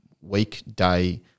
weekday